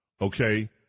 Okay